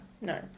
no